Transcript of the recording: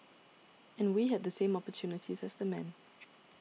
and we had the same opportunities as the men